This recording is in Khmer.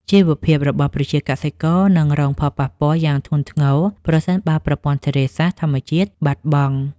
ជីវភាពរបស់ប្រជាកសិករនឹងរងផលប៉ះពាល់យ៉ាងធ្ងន់ធ្ងរប្រសិនបើប្រព័ន្ធធារាសាស្ត្រធម្មជាតិបាត់បង់។